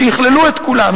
שיכללו את כולם,